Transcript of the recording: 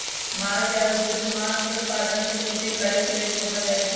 माल जाल दूध, मास के उत्पादन से पूर्ति करे लेल पोसल जाइ छइ